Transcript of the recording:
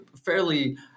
fairly